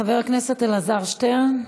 חבר הכנסת אלעזר שטרן,